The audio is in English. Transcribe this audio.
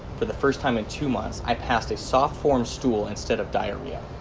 for the first time in two months, i passed a soft formed stool instead of diarrhea.